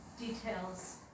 Details